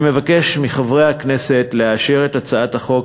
אני מבקש מחברי הכנסת לאשר את הצעת החוק